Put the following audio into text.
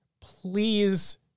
please